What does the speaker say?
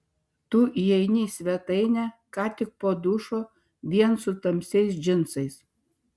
tu įeini į svetainę ką tik po dušo vien su tamsiais džinsais